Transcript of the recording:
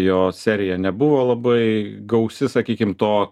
jo serija nebuvo labai gausi sakykim to